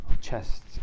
chest